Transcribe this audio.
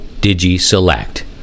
digi-select